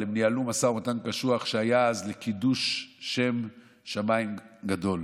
הם ניהלו משא ומתן קשוח שהיה אז לקידוש שם שמיים גדול.